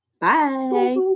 bye